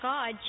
God